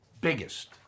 biggest